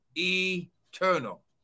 eternal